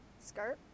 skirt